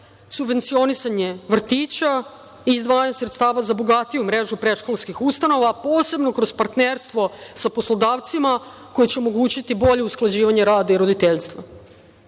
subvencionisanje vrtića i izdvajanje sredstava za bogatiju mrežu predškolskih ustanova, posebno kroz partnerstvo sa poslodavcima koji će omogućiti bolje usklađivanje rada i roditeljstva. Nastavićemo